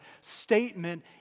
statement